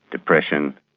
depression,